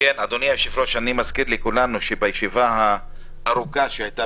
אני ממזכיר לכולנו שבישיבה הארוכה שהייתה